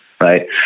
right